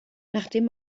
nachdem